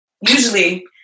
Usually